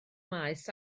maes